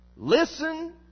Listen